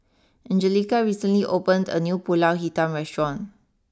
Angelica recently opened a new Pulut Hitam restaurant